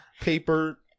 paper